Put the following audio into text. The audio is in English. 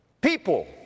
People